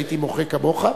הייתי מוחה כמוך.